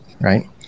right